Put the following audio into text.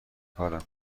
کارم